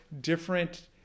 different